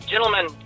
Gentlemen